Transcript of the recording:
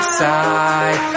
side